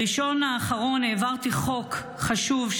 בראשון האחרון העברתי חוק חשוב,